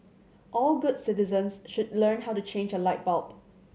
all good citizens should learn how to change a light bulb